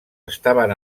estaven